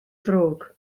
ddrwg